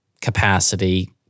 capacity